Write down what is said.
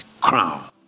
crown